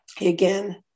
again